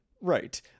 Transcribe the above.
Right